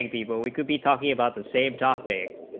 like people we could be talking about the same thought they